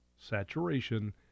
saturation